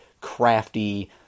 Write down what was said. crafty